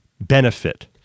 benefit